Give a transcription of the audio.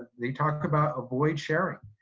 they talk about avoid sharing.